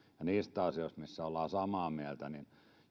jos niistä asioista missä ollaan samaa mieltä